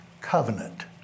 covenant